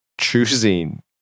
choosing